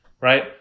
Right